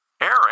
Eric